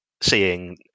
seeing